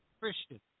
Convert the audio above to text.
Christian